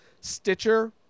Stitcher